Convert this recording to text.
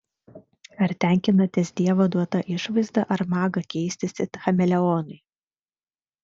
ar tenkinatės dievo duota išvaizda ar maga keistis it chameleonui